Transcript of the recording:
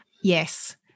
Yes